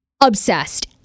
Obsessed